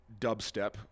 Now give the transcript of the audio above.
dubstep